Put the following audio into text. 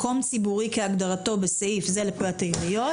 מקום ציבורי כהגדרתו בסעיף זה לפקודת העיריות,